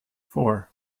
four